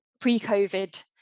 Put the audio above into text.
pre-COVID